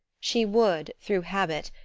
she would, through habit,